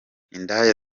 indaya